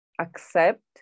accept